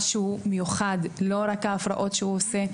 הזה שמיוחד בו ולא רק את ההפרעות שהוא עושה,